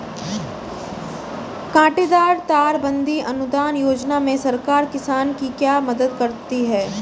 कांटेदार तार बंदी अनुदान योजना में सरकार किसान की क्या मदद करती है?